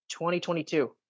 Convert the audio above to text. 2022